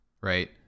right